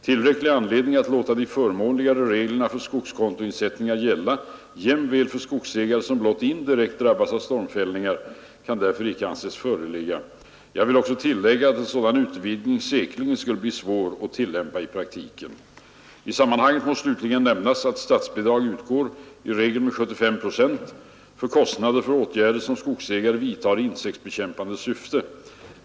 Tillräcklig anledning att låta de förmånligare reglerna för skogskontoinsättningar gälla jämväl för skogsägare som blott indirekt drabbats av stormfällningar kan därför inte anses föreligga. Jag vill också tillägga, att en sådan utvidgning säkerligen skulle bli svår att tillämpa i praktiken. I sammanhanget må slutligen nämnas, att statsbidrag utgår — i regel med 75 procent — till kostnader för åtgärder som skogsägare vidtar i insektsbekämpande syfte.